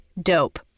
Dope